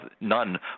none